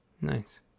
Nice